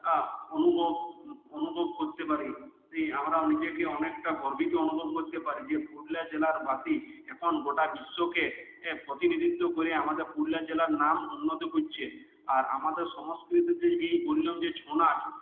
অনুভব অনুভব করতে পারি আমরাও নিজেকে অনেকটা গর্বিত অনুভব করতে পারি যে পুরুলিয়া জেলার বাসী এখন গোটা বিশ্বকে প্রতিনিধিত্ব করে আমাদের পুরুলিয়া জেলার নাম উন্নত করেছে আর আমাদের সংস্কৃতির যে এই বললাম যে ছৌ নাচ